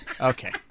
Okay